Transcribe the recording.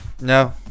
No